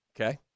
Okay